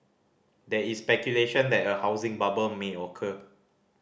there is speculation that a housing bubble may occur